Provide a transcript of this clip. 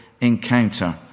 encounter